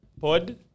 pod